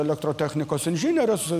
elektrotechnikos inžinierius